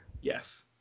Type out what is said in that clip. Yes